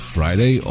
Friday